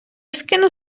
скинув